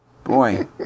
Boy